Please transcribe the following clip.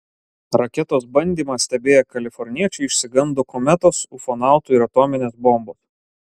raketos bandymą stebėję kaliforniečiai išsigando kometos ufonautų ir atominės bombos